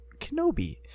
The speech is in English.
Kenobi